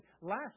Last